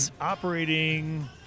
operating